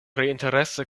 interese